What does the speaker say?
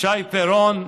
שי פירון,